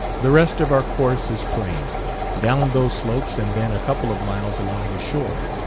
the rest of our course is plain down those slopes, and then a couple of miles along the shore.